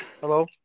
Hello